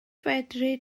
fedri